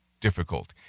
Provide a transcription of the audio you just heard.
difficult